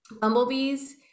bumblebees